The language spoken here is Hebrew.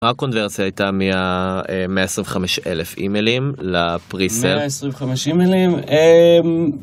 הקונברביה הייתה מ-125,000 אימיילים לפרי סייל. מ-125,000 אימיילים.